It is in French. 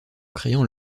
créant